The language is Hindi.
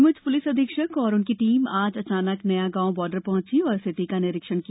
नीमच पुलिस अधीक्षक और उनकी टीम आज अचानक नया गांव बार्डर पहंची और स्थिति का निरीक्षण किया